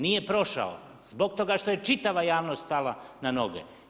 Nije prošao, zbog toga što je čitava javnost stala na noge.